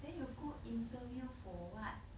then you go interview for what